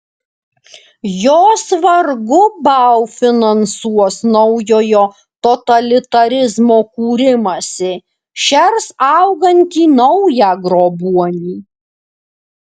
jos vargu bau finansuos naujojo totalitarizmo kūrimąsi šers augantį naują grobuonį